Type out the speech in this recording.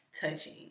touching